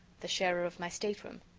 the sharer of my stateroom.